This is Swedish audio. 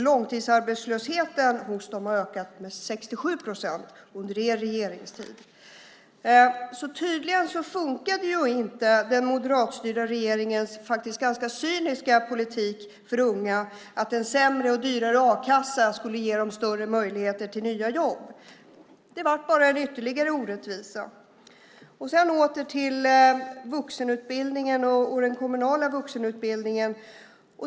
Långtidsarbetslösheten bland dem har ökat med 67 procent under er regeringstid. Så tydligen funkade inte den moderatstyrda regeringens faktiskt ganska cyniska politik för unga, att en sämre och dyrare a-kassa skulle ge dem större möjligheter till nya jobb. Det blev bara en ytterligare orättvisa. Åter till frågan om vuxenutbildningen och den kommunala vuxenutbildningen.